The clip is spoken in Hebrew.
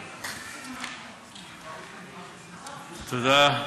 לא, פו"ם היו בצהריים, גברתי היושבת-ראש, תודה,